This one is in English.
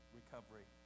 recovery